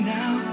now